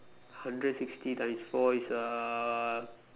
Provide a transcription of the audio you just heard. hundred sixty times four is uh